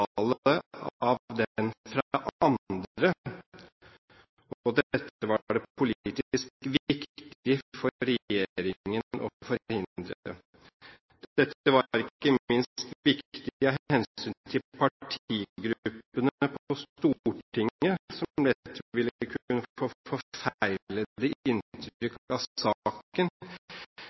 dette var det politisk viktig for regjeringen å forhindre. Dette var ikke minst viktig av hensyn til partigruppene på Stortinget, som lett ville kunne få forfeilede